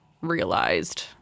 realized